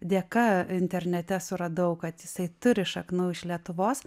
dėka internete suradau kad jisai turi šaknų iš lietuvos